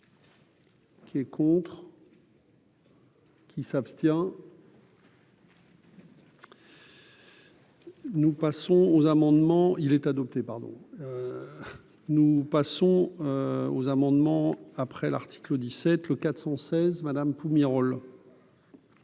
Qui est contre. Qui s'abstient. Nous passons aux amendements, il est adopté, pardon, nous passons aux amendements après l'article 17 le 416 madame Pumerole.